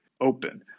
open